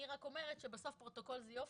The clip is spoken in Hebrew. אני רק אומרת שפרוטוקול זה יופי,